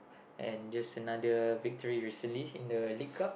and just another victory recently in the League Cup